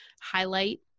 highlight